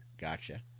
gotcha